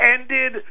ended